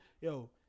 yo